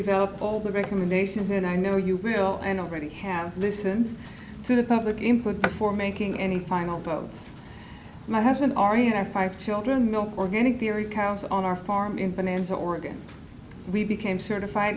develop all the recommendations and i know you will and already have listened to the public input for making any final thoughts my husband already have five children no organic theory cows on our farm in finance oregon we became certified